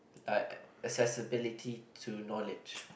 like accessibility to knowledge